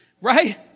right